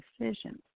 decisions